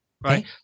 right